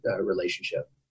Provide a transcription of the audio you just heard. relationship